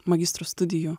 magistro studijų